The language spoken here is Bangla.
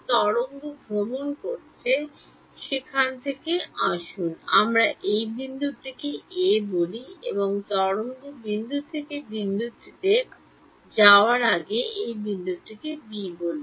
তরঙ্গ ভ্রমণ করছে সেখান থেকে আসুন আমরা এই বিন্দুটিকে 'ক' বলি এবং তরঙ্গটি বিন্দু থেকে বিন্দু বিতে যাওয়ার আগে এই বিন্দুকে 'খ' বলি